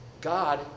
God